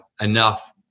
enough